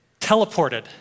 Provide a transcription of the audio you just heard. teleported